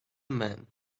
man